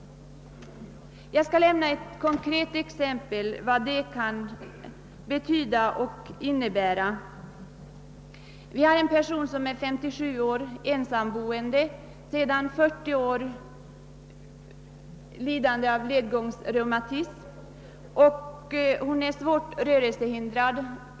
Jag skall anföra ett konkret exempel som visar vad detta kan betyda. En person som är 57 år är ensamboende. Hon lider av ledgångsreumatism sedan 40 år tillbaka och är svårt rörelsehindrad.